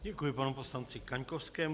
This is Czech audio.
Děkuji panu poslanci Kaňkovskému.